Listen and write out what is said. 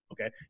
Okay